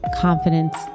confidence